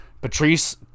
Patrice